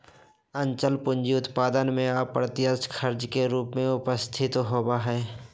अचल पूंजी उत्पादन में अप्रत्यक्ष खर्च के रूप में उपस्थित होइत हइ